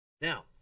Now